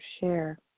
share